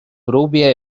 rubie